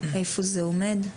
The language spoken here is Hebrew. איפה זה עומד.